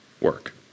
work